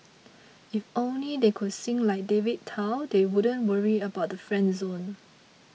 if only they could sing like David Tao they wouldn't worry about the friend zone